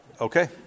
Okay